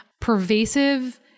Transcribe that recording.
pervasive